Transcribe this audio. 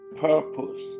purpose